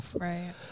Right